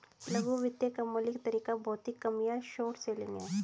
लघु वित्त का मौलिक तरीका भौतिक कम या शॉर्ट सेलिंग है